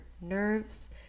nerves